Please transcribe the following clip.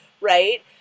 right